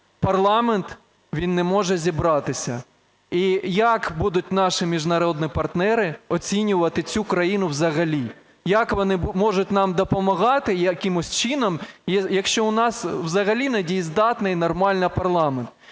парламент, він не може зібратися. І як будуть наші міжнародні партнери оцінювати цю країну взагалі, як вони можуть нам допомагати якимось чином, якщо у нас взагалі недієздатний нормально парламент?